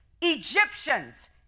Egyptians